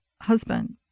husband